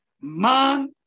Man